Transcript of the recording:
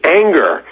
anger